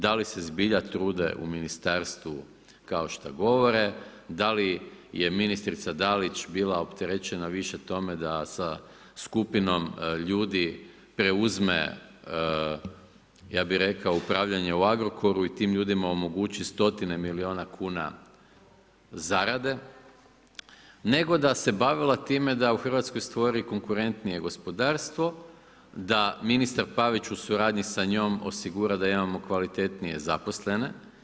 Da li se zbilja trude u ministarstvu kao šta govore, da li je ministrica Dalić bila opterećena više tome da sa skupinom ljudi preuzme, ja bih rekao upravljanje u Agrokoru i tim ljudima omogući stotine milijuna kuna zarade, nego da se bavila time da u Hrvatskoj stvori konkurentnije gospodarstvo, da ministar Pavić u suradnji sa njom osigura da imamo kvalitetnije zaposlene.